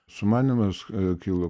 sumanymas kilo